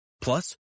Plus